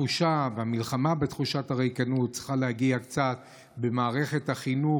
המלחמה בתחושת הריקנות צריכה להגיע קצת ממערכת החינוך,